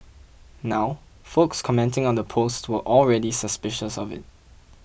now folks commenting on the post were already suspicious of it